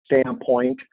standpoint